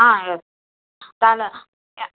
ஆ எஸ் பார்ல எ